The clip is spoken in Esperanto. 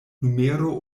numero